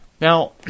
Now